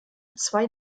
zwei